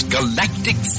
Galactic